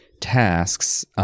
tasks